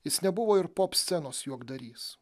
jis nebuvo ir pop scenos juokdarys